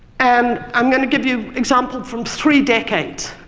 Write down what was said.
and i'm going to give you examples from three decades,